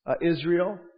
Israel